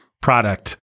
product